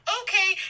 okay